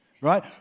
right